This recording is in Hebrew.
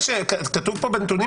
פה בנתונים